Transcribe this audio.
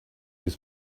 was